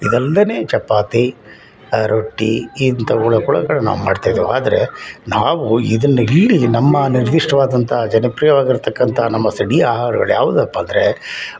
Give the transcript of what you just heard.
ಇದಲ್ಲದೇನೆ ಚಪಾತಿ ರೊಟ್ಟಿ ಇದು ತೊಗೊಳ್ಳೋಕೊಳ ನಾವು ಮಾಡ್ತಾಯಿದ್ದೇವೆ ಆದರೆ ನಾವು ಇದನ್ನ ಇಲ್ಲಿ ನಮ್ಮ ನಿರ್ದಿಷ್ಟವಾದಂಥ ಜನಪ್ರಿಯವಾಗಿರ್ತಕ್ಕಂಥ ನಮ್ಮ ಸಡಿಯ ಆಹಾರಗಳು ಯಾವುದಪ್ಪ ಅಂದರೆ